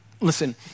listen